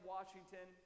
Washington